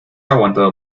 aguantado